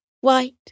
white